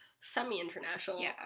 semi-international